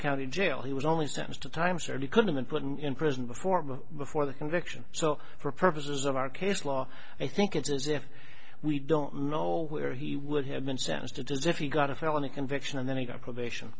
county jail he was only sentenced to time certainly couldn't and put in prison before him before the conviction so for purposes of our case law i think it's as if we don't know where he would have been sentenced to does if he got a felony conviction and then he got probation